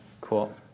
cool